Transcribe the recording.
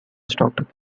stocked